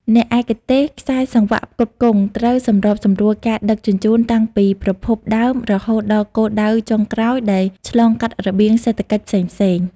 អ្នកឯកទេសខ្សែសង្វាក់ផ្គត់ផ្គង់ ត្រូវសម្របសម្រួលការដឹកជញ្ជូនតាំងពីប្រភពដើមរហូតដល់គោលដៅចុងក្រោយដែលឆ្លងកាត់របៀងសេដ្ឋកិច្ចផ្សេងៗ។